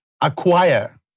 Acquire